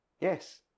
Yes